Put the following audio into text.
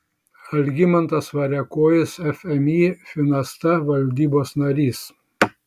algimantas variakojis fmį finasta valdybos narys